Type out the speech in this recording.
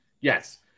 yes